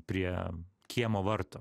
prie kiemo vartų